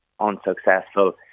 unsuccessful